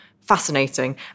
fascinating